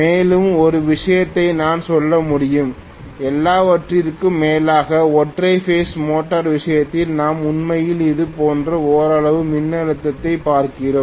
மேலும் ஒரு விஷயத்தை நான் சொல்ல முடியும் எல்லாவற்றிற்கும் மேலாக ஒற்றை பேஸ் மோட்டார் விஷயத்தில் நாம் உண்மையில் இது போன்ற ஓரளவு மின்னழுத்தத்தைப் பார்க்கிறோம்